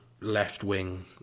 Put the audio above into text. left-wing